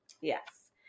Yes